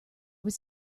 was